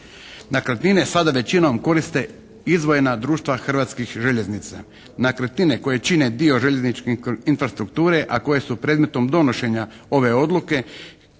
Nekretnine sada većinom koriste izdvojena društva Hrvatskih željeznica. Nekretnine koje čine dio željezničke infrastrukture, a koje su predmetom donošenja ove odluke